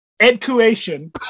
Education